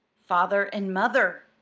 father and mother,